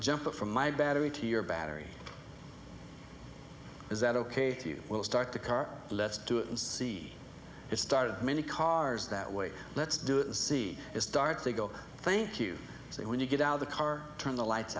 jumper from my battery to your battery is that ok to you we'll start the car let's do it and see it started many cars that way let's do it and see it start to go thank you so when you get out of the car turn the lights